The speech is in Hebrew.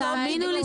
מכתבים.